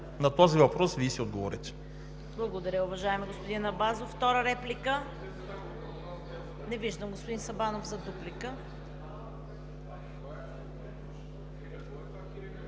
На този въпрос Вие си отговорете.